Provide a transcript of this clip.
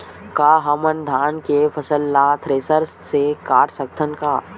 का हमन धान के फसल ला थ्रेसर से काट सकथन का?